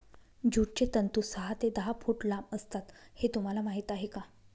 ज्यूटचे तंतू सहा ते दहा फूट लांब असतात हे तुम्हाला माहीत आहे का